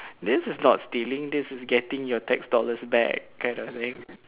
this is not stealing this is getting your tax dollars back kind of thing